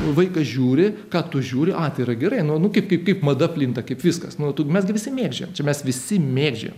vaikas žiūri ką tu žiūri a tai yra gerai nu nu kaip mada plinta kaip viskas nu tu mes visi mėgdžiojam čia mes visi mėgdžiojam